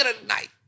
tonight